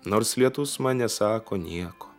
nors lietus man nesako nieko